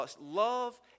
love